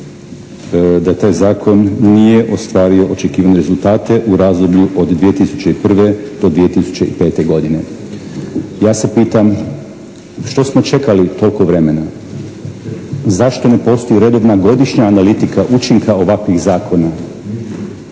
da taj zakon nije ostvario očekivane rezultate u razdoblju od 2001. do 2005. godine. Ja se pitam što smo čekali toliko vremena? Zašto ne postoji redovna godišnja analitika učinka ovakvih zakona?